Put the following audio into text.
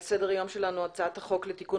על סדר היום שלנו הצעת החוק לתיקון